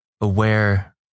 aware